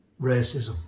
racism